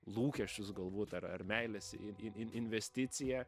lūkesčius galbūt ar ar meilės i in in investiciją